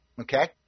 Okay